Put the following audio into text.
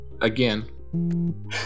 again